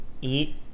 Eat